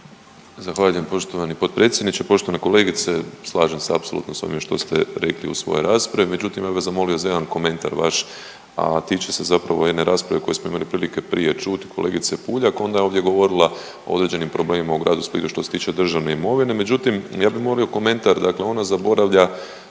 Zahvaljujem poštovani potpredsjedniče. Poštovana kolegice, slažem se apsolutno s ovim što ste rekli u svojoj raspravi, međutim ja bih vas zamolio za jedan komentar vaš, a tiče se zapravo jedne rasprave koju smo imali prilike prije čut kolegice Puljak, onda je ovdje govorila o određenim problemima u gradu Splitu što se tiče državne imovine, međutim ja bi molio komentar. Dakle ona zaboravlja